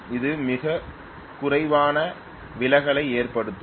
இது மிகக் குறைவான விலகலை ஏற்படுத்தும்